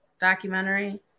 documentary